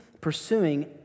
pursuing